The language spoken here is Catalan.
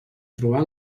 trobar